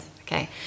Okay